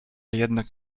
jednak